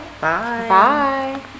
bye